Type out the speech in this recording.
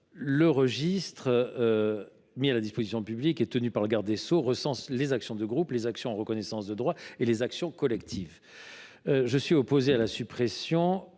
Le registre mis à la disposition du public, qui est tenu par le garde des sceaux, recense les actions de groupe, les actions en reconnaissance de droit et les actions collectives. Je suis opposé à la suppression